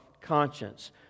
conscience